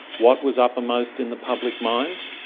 what was uppermost in the public mind?